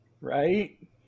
right